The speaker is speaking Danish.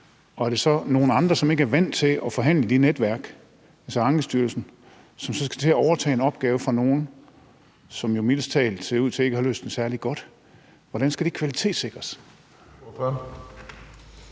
og er det så nogle andre, som ikke er vant til at forhandle de netværk, altså Ankestyrelsen, som så skal til at overtage en opgave fra nogen, som jo mildest talt ser ud til ikke at have løst den særlig godt. Hvordan skal det kvalitetssikres?